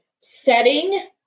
setting